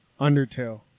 undertale